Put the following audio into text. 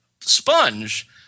sponge